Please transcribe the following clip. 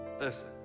listen